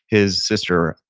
his sister,